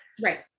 Right